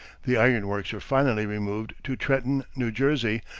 the ironworks were finally removed to trenton, new jersey,